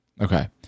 Okay